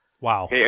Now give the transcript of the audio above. Wow